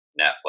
Netflix